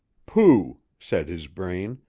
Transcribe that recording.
pooh! said his brain,